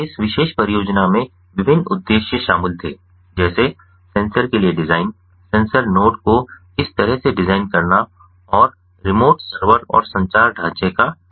तो इस विशेष परियोजना में विभिन्न उद्देश्य शामिल थे जैसे सेंसर के लिए डिज़ाइन सेंसर नोड को इस तरह से डिजाइन करना और रिमोट सर्वर और संचार ढांचे का डिज़ाइन